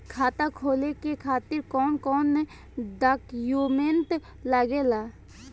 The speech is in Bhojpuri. खाता खोले के खातिर कौन कौन डॉक्यूमेंट लागेला?